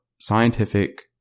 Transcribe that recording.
scientific